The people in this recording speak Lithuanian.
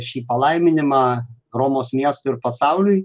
šį palaiminimą romos miestui ir pasauliui